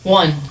one